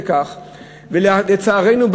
לצערנו,